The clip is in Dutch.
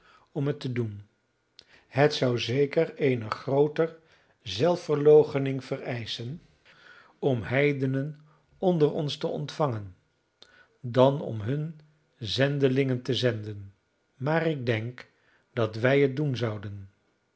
om het te doen het zou zeker eene grooter zelfverloochening vereischen om heidenen onder ons te ontvangen dan om hun zendelingen te zenden maar ik denk dat wij het doen zouden